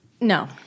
No